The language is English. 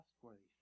trustworthy